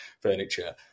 furniture